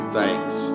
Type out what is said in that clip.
thanks